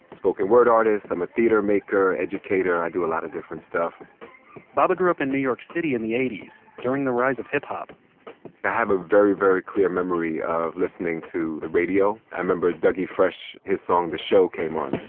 spoken word artist i'm a theater maker, educator. i do a lot of different stuff baba grew up in new york city in the eighty s during the rise of hip-hop i have a very very clear memory of listening to the radio, i remember doug e. fresh his song the show came on,